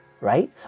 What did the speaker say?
right